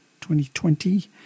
2020